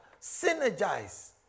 Synergize